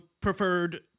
preferred